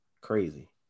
crazy